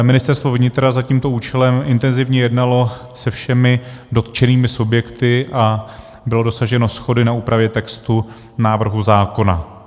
Ministerstvo vnitra za tímto účelem intenzivně jednalo se všemi dotčenými subjekty a bylo dosaženo shody na úpravě textu návrhu zákona.